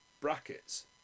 brackets